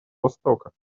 востока